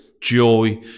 joy